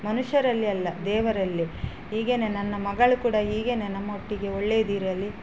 ಮನ್ಸುಷ್ಯರಲ್ಲಿ ಅಲ್ಲ ದೇವರಲ್ಲಿ ಹೀಗೇ ನನ್ನ ಮಗಳು ಕೂಡ ಹೀಗೆ ನಮ್ಮೊಟ್ಟಿಗೆ ಒಳ್ಳೆದಿರಲಿ